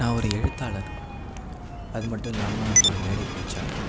நான் ஒரு எழுத்தாளர் அது மட்டும் இல்லாமல் ஒரு மேடை பேச்சாளர்